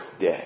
day